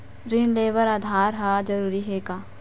ऋण ले बर आधार ह जरूरी हे का?